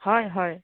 হয় হয়